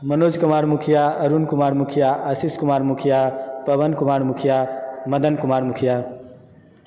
Manoj Kumar Mukhia Arun Kumar Mukhia Ashish Kumar Mukhia Pawan Kumar Mukhia Madan Kumar Mukhia